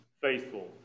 faithful